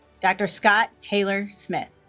dr. scott taylor smith